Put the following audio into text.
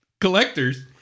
collectors